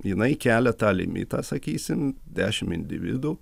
jinai kelia tą limitą sakysim dešimt individų